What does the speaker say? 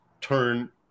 turn